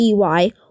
ty